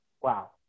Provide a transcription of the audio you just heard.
Wow